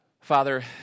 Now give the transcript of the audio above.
Father